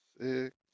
six